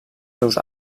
seus